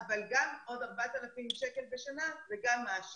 אבל גם עוד 4,000 שקל בשנה זה משהו.